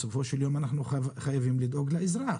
בסופו של יום אנחנו חייבים לדאוג לאזרח.